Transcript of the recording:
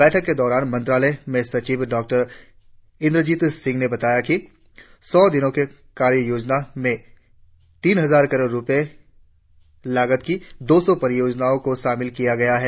बैठक के दौरान मंत्रालय में सचिव डॉक्टर इंद्रजीत सिंह ने बताया कि सौ दिनों की कार्ययोजना में तीन हजार करोड़ रुपये लागत की दो सौ परियोजनाओं को शामिल किया गया है